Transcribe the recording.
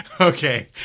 Okay